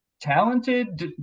Talented